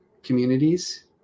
communities